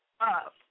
up